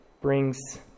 brings